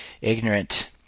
ignorant